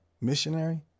missionary